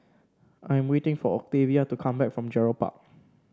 I am waiting for Octavia to come back from Gerald Park